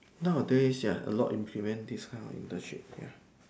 nowadays ya a lot implement this kind of internship ya